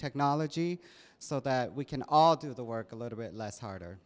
technology so that we can all do the work a little bit less harder